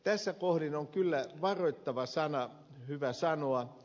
tässä kohdin on kyllä varoittava sana hyvä sanoa